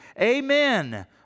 Amen